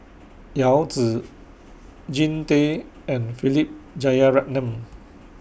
Yao Zi Jean Tay and Philip Jeyaretnam